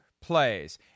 plays